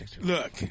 look